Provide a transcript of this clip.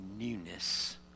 newness